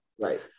right